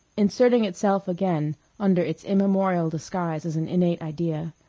inserting itself again under its immemorial disguise as an innate idea.